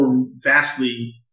vastly